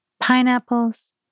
Pineapples